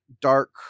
dark